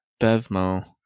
BevMo